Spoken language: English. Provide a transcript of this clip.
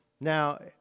Now